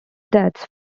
deaths